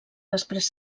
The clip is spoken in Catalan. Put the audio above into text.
després